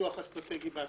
בניתוח אסטרטגי בעסקים.